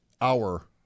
hour